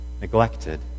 neglected